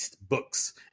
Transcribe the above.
books